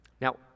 Now